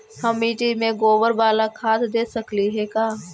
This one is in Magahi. हम मिट्टी में गोबर बाला खाद दे सकली हे का?